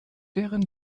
deren